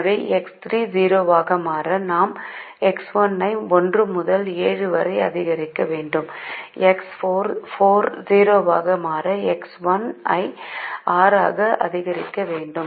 எனவேX3 0 ஆக மாற நாம் X1 ஐ 1 முதல் 7 வரை அதிகரிக்க வேண்டும் X4 0 ஆக மாற X1 ஐ 6 ஆக அதிகரிக்க வேண்டும்